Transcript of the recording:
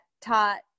taught